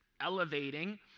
elevating